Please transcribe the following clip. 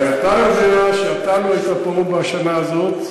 הרי אתה יודע שאתה לא היית פה בשנה הזאת,